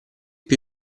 più